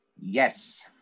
yes